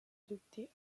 adoptées